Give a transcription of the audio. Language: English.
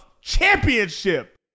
championship